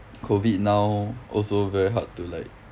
COVID now also very hard to like